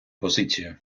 позицію